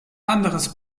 anderes